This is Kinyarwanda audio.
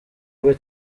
rwe